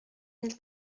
mille